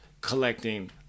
collecting